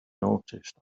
noticed